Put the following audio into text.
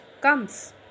comes